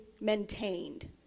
maintained